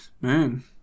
Man